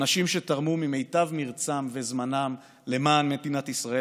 אנשים שתרמו ממיטב מרצם וזמנם למען מדינת ישראל,